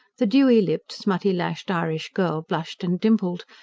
the dewy-lipped, smutty-lashed irish girl blushed and dimpled,